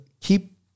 keep